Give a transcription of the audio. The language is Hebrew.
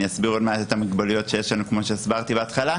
אני אסביר עוד מעט את המוגבלויות שיש לנו כמו שהסברתי בהתחלה.